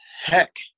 heck